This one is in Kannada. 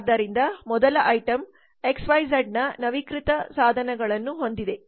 ಆದ್ದರಿಂದ ಮೊದಲ ಐಟಂ ಎಕ್ಸ್ ವೈ ಝಡ್ನವೀಕೃತ ಸಾಧನಗಳನ್ನು ಹೊಂದಿದೆ